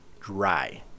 dry